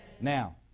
Now